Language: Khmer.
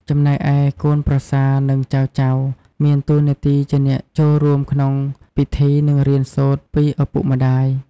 ចំណែកឯ កូនប្រសា និង ចៅៗ មានតួនាទីជាអ្នកចូលរួមក្នុងពិធី និងរៀនសូត្រពីឪពុកម្ដាយ។